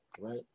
Right